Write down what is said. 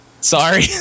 Sorry